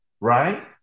right